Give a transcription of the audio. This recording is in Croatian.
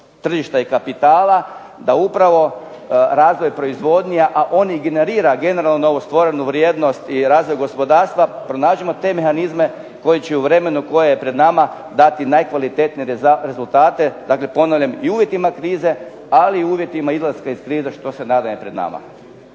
tržišta i kapitala da upravo razvoj proizvodnje, a on generira novostvorenu vrijednost i razvoj gospodarstva pronađimo te mehanizme koje ćemo u vremenu koje je pred nama dati najkvalitetnije rezultate, dakle ponavljam i u uvjetima krize, ali i u uvjetima izlaska iz krize što se nadam da je pred nama.